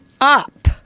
up